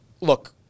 look